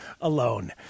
alone